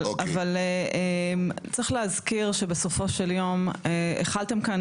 אבל צריך להזכיר שבסופו של יום החלתם שם